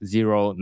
Zero